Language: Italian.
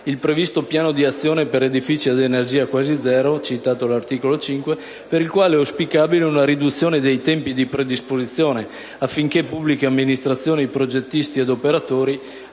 il previsto piano di azione per edifici ad energia quasi zero (articolo 5), per il quale è auspicabile una riduzione dei tempi di predisposizione affinché pubbliche amministrazioni, progettisti ed operatori